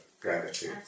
gratitude